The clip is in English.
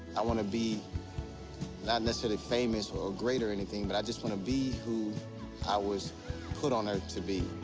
i wanna be not necessarily famous or great or anything. but i just wanna be who i was put on earth to be.